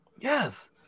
Yes